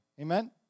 Amen